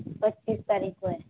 पच्चीस तारीख़ को है